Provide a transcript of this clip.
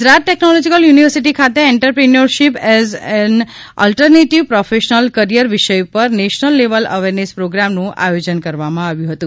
Gujarat technological university ખાતે entrepreneurship as an alternative professional career વિષય પર નેશનલ લેવલ અવરનેસ પ્રોગ્રામનું આયોજન કરવામાં આવ્યું હતું